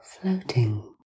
floating